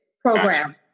program